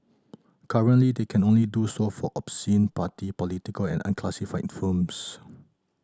currently they can only do so for obscene party political and unclassified films